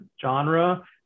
Genre